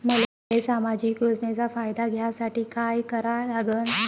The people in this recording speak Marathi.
मले सामाजिक योजनेचा फायदा घ्यासाठी काय करा लागन?